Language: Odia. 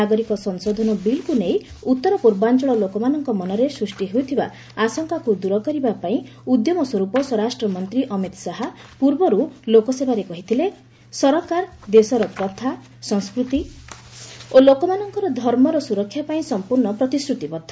ନାଗରିକ ସଂଶୋଧନ ବିଲ୍କୁ ନେଇ ଉତ୍ତର ପୂର୍ବାଞ୍ଚଳ ଲୋକମାନଙ୍କ ମନରେ ସୃଷ୍ଟି ହୋଇଥିବା ଆଶଙ୍କାକୁ ଦୂର କରିବା ପାଇଁ ଉଦ୍ୟମ ସ୍ୱରୂପ ସ୍ୱରାଷ୍ଟ୍ରମନ୍ତ୍ରୀ ଅମିତ ଶାହା ପୂର୍ବରୁ ଲୋକସଭାରେ କହିଥିଲେ ସରକାର ଦେଶର ପ୍ରଥା ସଂସ୍କୃତି ଓ ଲୋକମାନଙ୍କର ଧର୍ମର ସୁରକ୍ଷା ପାଇଁ ସଫପୂର୍ଣ୍ଣ ପ୍ରତିଶ୍ରତିବଦ୍ଧ